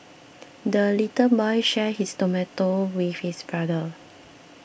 the little boy shared his tomato with his brother